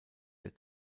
der